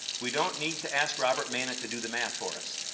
we don't need to ask robert mena to do the math for us.